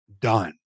done